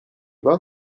pleut